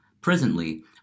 presently